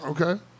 Okay